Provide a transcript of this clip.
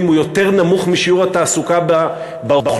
הוא יותר נמוך משיעור התעסוקה באוכלוסייה.